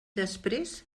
després